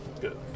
Good